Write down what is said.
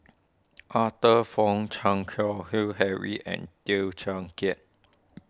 Arthur Fong Chan Keng Howe Harry and Teow Kiat